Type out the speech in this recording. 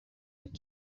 بود